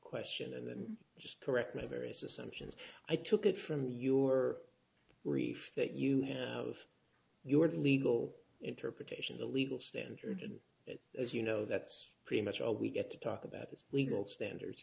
question and then just correct my various assumptions i took it from your reef that you had of your legal interpretation the legal standard and as you know that's pretty much all we get to talk about it's legal standards